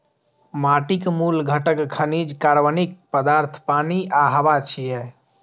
माटिक मूल घटक खनिज, कार्बनिक पदार्थ, पानि आ हवा छियै